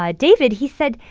ah david, he said,